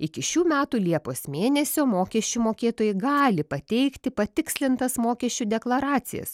iki šių metų liepos mėnesio mokesčių mokėtojai gali pateikti patikslintas mokesčių deklaracijas